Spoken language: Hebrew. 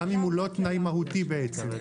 גם אם הוא לא תנאי מהותי בעצם?